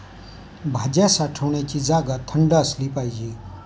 भाज्या साठवण्याची जागा थंड असली पाहिजे